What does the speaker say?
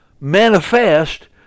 manifest